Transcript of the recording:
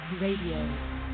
Radio